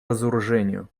разоружению